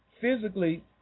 physically